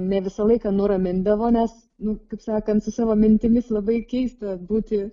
ne visą laiką nuramindavo nes nu kaip sakant su savo mintimis labai keista būti